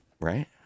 right